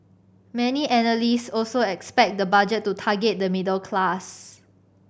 many analyst also expect the Budget to target the middle class